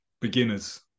beginners